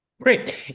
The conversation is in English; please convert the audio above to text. Great